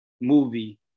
movie